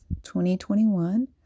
2021